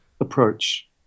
approach